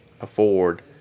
afford